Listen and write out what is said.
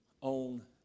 on